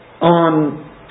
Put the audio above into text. on